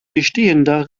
bestehender